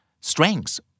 strengths